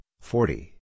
forty